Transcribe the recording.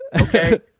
okay